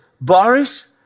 Boris